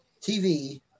TV